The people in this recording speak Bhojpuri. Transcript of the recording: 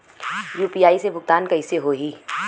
यू.पी.आई से भुगतान कइसे होहीं?